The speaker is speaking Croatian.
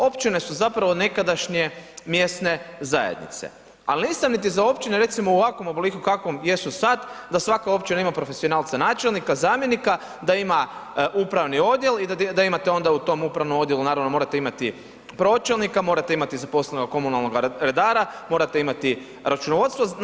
Općine su zapravo nekadašnje mjesne zajednice, ali nisam niti za općine recimo u ovakvom obliku u kakvom jesu sad da svaka općina ima profesionalca načelnika, zamjenika, da ima upravi odjel i da imate onda u tom upravnom odjelu da morate imati pročelnika, morate imati zaposlenoga komunalnoga redara, morate imati računovodstvo.